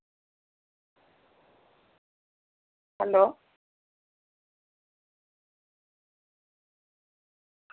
hello